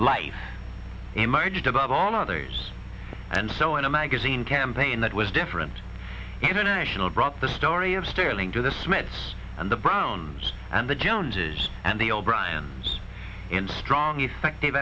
life emerged about on others and so in a magazine campaign that was different international brought the story of sterling to the smiths and the browns and the joneses and the o'briens in strong effective